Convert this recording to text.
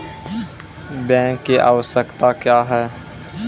Bank की आवश्यकता क्या हैं?